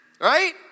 right